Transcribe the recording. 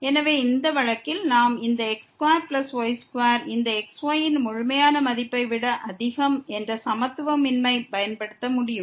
எனவே இந்த வழக்கில் நாம் இந்த x2y2 இந்த xy ன் முழுமையான மதிப்பை விட அதிகம் என்ற சமத்துவமின்மையை பயன்படுத்த முடியும்